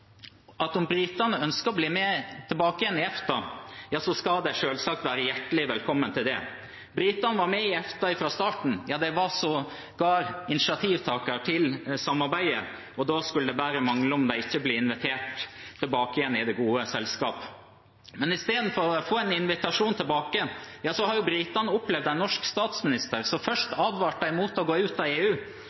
at om britene ønsker å bli med i EFTA igjen, skal de selvsagt være hjertelig velkommen til det. Britene var med i EFTA fra starten av, ja, de var sågar initiativtaker til samarbeidet, og da skulle det bare mangle at de ikke ble invitert tilbake igjen i det gode selskap. Men i stedet for å få en invitasjon tilbake har britene opplevd en norsk statsminister som først advarte dem mot å gå ut av EU.